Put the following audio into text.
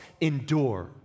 endure